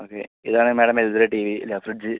okay ഇതാണ് madam എൽ ജിടെ ടീ വി ഇല്ലാ ഫ്രിഡ്ജ്